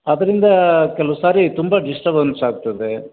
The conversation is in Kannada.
ಅದರಿಂದ ಕೆಲವು ಸಾರಿ ತುಂಬ ಡಿಸ್ಟರ್ಬೆನ್ಸ್ ಆಗ್ತದೆ